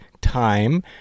time